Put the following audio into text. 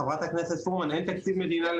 ח"כ פרומן, אין תקציב מדינה.